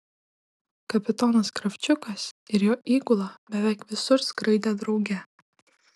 kapitonas kravčiukas ir jo įgula beveik visur skraidė drauge